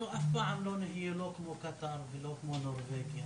אנחנו אף פעם לא נהיה לא כמו קטאר ולא כמו נורבגיה.